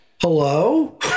hello